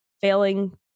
failing